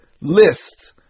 list